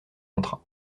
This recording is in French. contrat